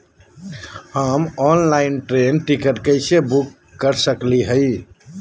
हम online train ticket कैसे book कर सकली हई?